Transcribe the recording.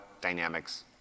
Dynamics